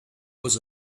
was